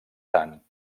tant